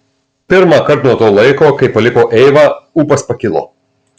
pirmąkart nuo to laiko kai paliko eivą ūpas pakilo